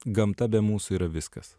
gamta be mūsų yra viskas